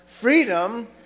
freedom